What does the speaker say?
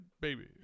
baby